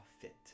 fit